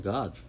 God